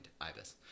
ibis